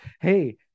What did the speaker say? hey